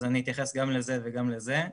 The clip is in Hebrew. אז אני אתייחס גם לזה וגם לזה.